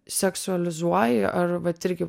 seksualizuoji ar vat irgi